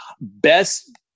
Best